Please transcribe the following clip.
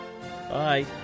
bye